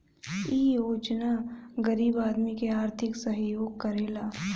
इ योजना गरीब आदमी के आर्थिक सहयोग करेला